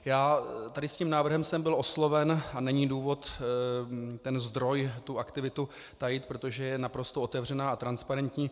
S tím návrhem jsem byl osloven a není důvod ten zdroj, tu aktivitu tajit, protože je naprosto otevřená a transparentní.